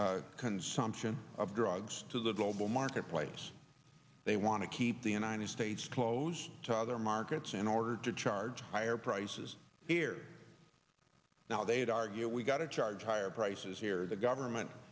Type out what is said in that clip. american consumption of drugs to the global marketplace they want to keep the united states close to other markets in order to charge higher prices here now they'd argue we've got to charge higher prices here the government